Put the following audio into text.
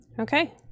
Okay